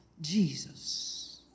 Jesus